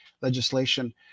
legislation